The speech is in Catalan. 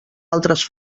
altres